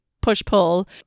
push-pull